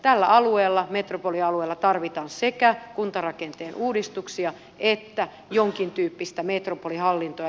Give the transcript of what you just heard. tällä alueella metropolialueella tarvitaan sekä kuntarakenteen uudistuksia että jonkin tyyppistä metropolihallintoa